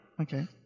Okay